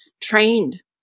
trained